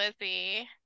Lizzie